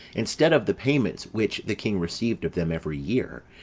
instead of the payments which the king received of them every year,